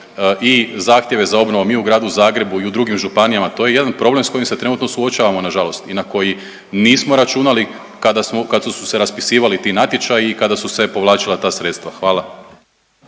i zahtjeve za obnovom i u Gradu Zagrebu i u drugim županijama to je jedan problem s kojim se trenutno suočavamo nažalost i na koji nismo računali kada su se raspisivali ti natječaji kada su se povlačila ta sredstva. Hvala.